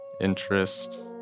interest